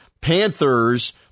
Panthers